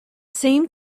same